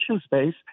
space